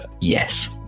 Yes